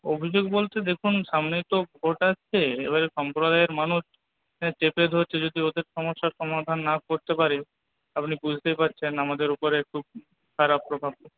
অভিযোগ বলতে দেখুন সামনেই তো ভোট আসছে এবারে সম্প্রদায়ের মানুষ চেপে ধরছে যদি ওদের সমস্যার সমাধান না করতে পারি আপনি বুঝতেই পারছেন আমাদের উপরে খুব খারাপ প্রভাব